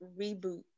reboot